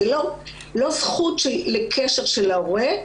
זו לא זכות לקשר של ההורה,